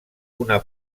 una